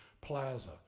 plaza